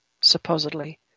supposedly